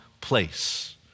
place